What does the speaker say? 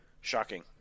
shocking